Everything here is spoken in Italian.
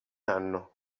anno